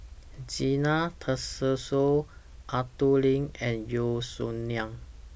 Zena Tessensohn Arthur Lim and Yeo Song Nian